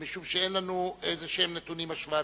משום שאין לנו איזה נתונים השוואתיים.